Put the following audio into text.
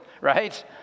Right